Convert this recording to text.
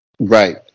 Right